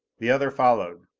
the other followed.